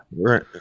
Right